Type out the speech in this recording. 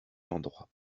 l’endroit